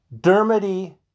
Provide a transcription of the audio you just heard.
Dermody